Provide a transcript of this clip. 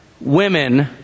women